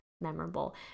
memorable